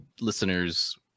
listeners